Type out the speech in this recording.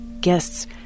Guests